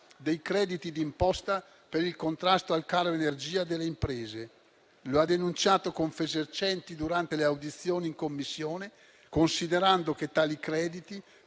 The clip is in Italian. dei crediti d’imposta per il contrasto al caro energia delle imprese. Lo ha denunciato Confesercenti durante le audizioni in Commissione: considerando che tali crediti